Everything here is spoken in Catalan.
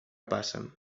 passa